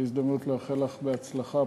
זאת הזדמנות לאחל לך בהצלחה.